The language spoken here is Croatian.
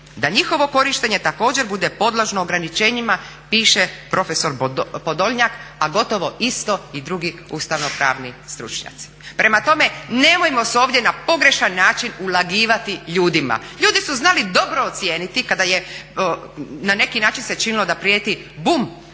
da njihovo korištenje također bude podložno ograničenjima piše profesor Podolnjak, a gotovo isto i drugi ustavnopravni stručnjaci. Prema tome, nemojmo se ovdje na pogrešan način ulagivati ljudima. Ljudi su znali dobro ocijeniti kada je na neki način se činilo da prijeti bum